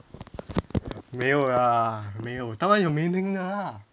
没有啦没有当然有 meaning 的 lah